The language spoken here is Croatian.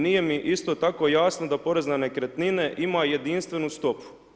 Nije mi isto tako jasno da porez na nekretnine ima jedinstvenu stopu.